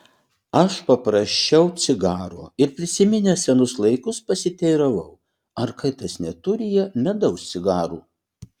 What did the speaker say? aš paprašiau cigaro ir prisiminęs senus laikus pasiteiravau ar kartais neturi jie medaus cigarų